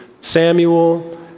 Samuel